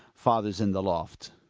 father's in the loft.